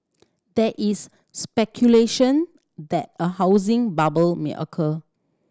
there is speculation that a housing bubble may occur